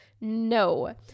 No